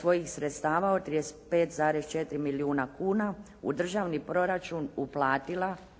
svojih sredstava od 35,4 milijuna kuna u državni proračun uplatila na